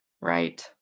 Right